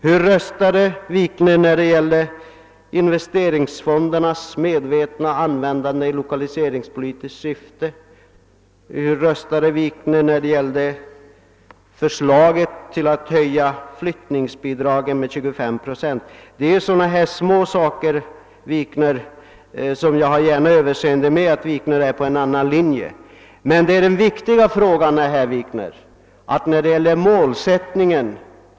Hur röstade herr Wikner när det gällde investeringsfondernas medvetna användande i lokaliseringspolitiskt syfte? Hur röstade herr Wikner när det gällde regeringsförslaget att höja flyttningsbidraget med 25 procent? Det är sådana här småsaker som skiljer oss åt; jag har gärna överseende med att herr Wikner följer en annan linje i dessa frågor. Men den viktiga frågan gäller målsättningen.